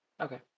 Okay